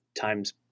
times